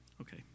Okay